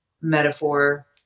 metaphor